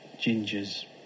Ginger's